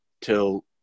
till